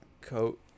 coat